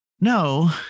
no